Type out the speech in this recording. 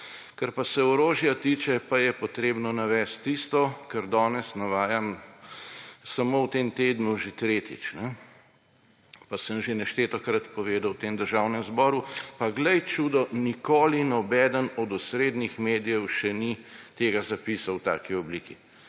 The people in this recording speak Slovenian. Kar pa se orožja tiče, pa je treba navesti tisto, kar danes navajam samo v tem tednu že tretjič. Pa sem že neštetokrat povedal v tem državnem zboru, pa glej čudo, nikoli nobeden od osrednjih medijev še ni tega zapisal v taki obliki,